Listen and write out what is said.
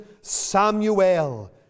Samuel